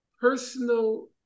personal